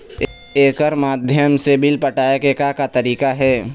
एकर माध्यम से बिल पटाए के का का तरीका हे?